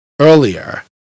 earlier